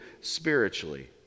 spiritually